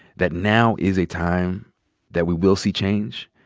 that now is a time that we will see change,